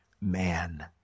man